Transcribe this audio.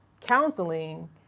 counseling